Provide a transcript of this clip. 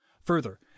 Further